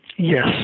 Yes